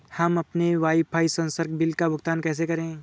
हम अपने वाईफाई संसर्ग बिल का भुगतान कैसे करें?